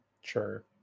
sure